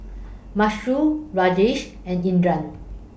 Mukesh Rajesh and Indira